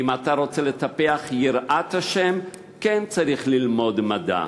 ואם אתה רוצה לטפח יראת השם, כן צריך ללמוד מדע